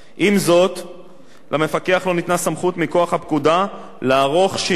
למפקח לא ניתנה סמכות מכוח הפקודה לערוך שינויים כלשהם ברשימה.